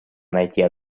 найти